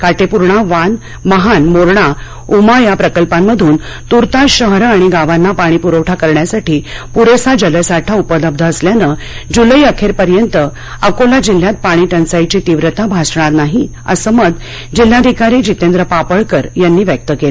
काटेपूर्णा वान महान मोर्णा उमा या प्रकल्पांमधून तूर्तास शहरं आणि गावांना पाणी पुरविण्यासाठी पुरेसा जलसाठा उपलब्ध असल्यामुळे जुलै अखेरपर्यंत अकोला जिल्ह्यात पाणी टंचाईची तीव्रता भासणार नाही असं मत जिल्हाधिकारी जितेंद्र पापळकर यांनी व्यक्त केलं